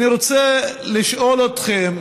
אני רוצה לשאול אתכם: